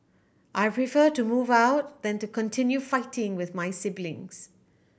I prefer to move out than to continue fighting with my siblings